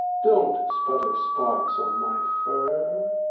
don't sputter sparks on my fur.